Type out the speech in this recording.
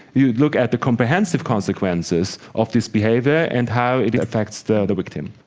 you look at the comprehensive consequences of this behaviour and how it affects the victim.